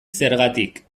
zergatik